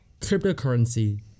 cryptocurrency